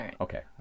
okay